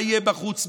מה יהיה בחוץ,